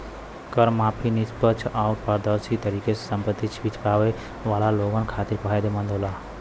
कर माफी निष्पक्ष आउर पारदर्शी तरीके से संपत्ति छिपावे वाला लोगन खातिर फायदेमंद हौ